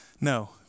No